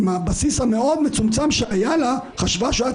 לגבי השאלה השנייה, זה מופיע בכתב האישום.